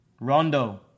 Rondo